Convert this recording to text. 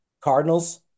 Cardinals